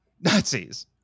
Nazis